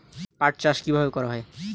পাট চাষ কীভাবে করা হয়?